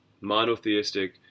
monotheistic